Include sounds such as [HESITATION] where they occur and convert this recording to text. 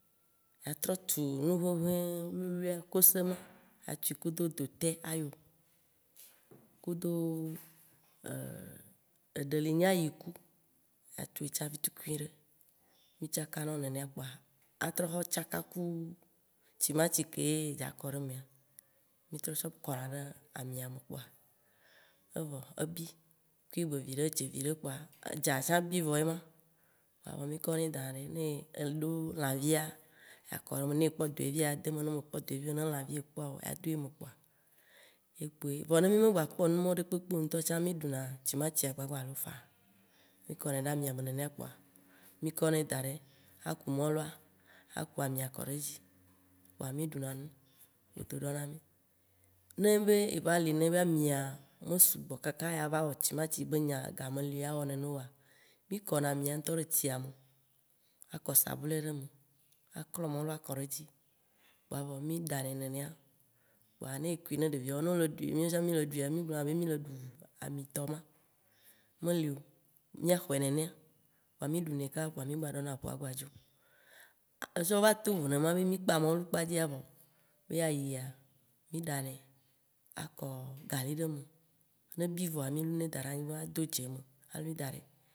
Ya trɔ tu nu nuʋeʋe wuliwulia kosema, atui Kudo dotɛ, ayo, kudo [HESITATION] eɖe li nye ayiku atu ye tsã vitu vitukui ɖe, mì tsaka nawo nebema kpoa atrɔ xɔ tsaka ku, tsimatsi ke ye adza tsɔ kɔ ɖe emea, mìtrɔ tsɔ kɔna ɖe amia me kpoa evo ebi kube viɖe, dze viɖe kpoa edza tsa bi vɔ ye ma. Kpoa mì kɔnɛ danaɖɛ, ne eɖo lãvia, akɔɛ ɖe eme, ne ekpɔ dɔevi ade me, ne mekpɔ dɔevi o ne lãvi ekpɔ ade me kpoa, ye kpoe voa ne mì me gbakpɔ nu mawo be ɖekpekpe o tsã, mì ɖuna tsimatsia gbagbalo faa. Mì kɔnɛ ɖe amia me nenea kpoa, mikɔnɛ da ɖɛ, aku mɔlua, aku amìa kɔ ɖe edzi kpoa mì ɖuna ƒodo ɖɔ na mì. Ne nye be eva li ne yeva amia me sugbɔ kaka ye ava wɔ tsimatsi be nya, ega meli awɔ nene oa, mì kɔna amia ŋtɔ ɖe tsia me, akɔ sabulɛ ɖe me, aklɔ mɔlua kɔ ɖe edzi kpoa evɔ, mì ɖanɛ nenea. Kpoa ne ekui na ɖeviawo ne wo le ɖui, ne miawo ŋtɔ tsã mì le ɖuia, mì gblɔna be mì le ɖu amítɔ ma. Meli o, mìaxɔɛ nenea, kpoa mì ɖu nɛ ka kpoa mì gba ɖɔna ƒo agbadzo. Tsɔ va to vo ne ema, mì kpã mɔlu kpadzi ya vɔ. Ye ayia, mì ɖanɛ, akɔ gali ɖe eme, ne ebi vɔa mì lonɛ da ɖe anyigba ado dze eme, alui daɖɛ.